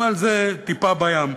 אבל זה טיפה בים.